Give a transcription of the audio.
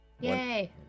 yay